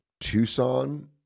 tucson